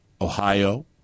Ohio